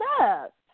up